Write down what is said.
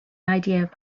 idea